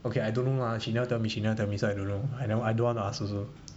okay I don't know lah she never tell me she never tell me so I don't know I don't want to ask also